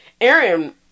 Aaron